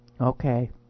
Okay